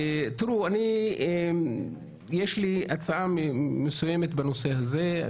תראו, יש לי הצעה מסוימת בנושא הזה.